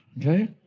Okay